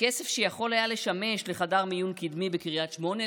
בכסף שיכול היה לשמש לחדר מיון קדמי בקריית שמונה,